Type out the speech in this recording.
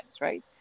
Right